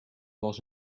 was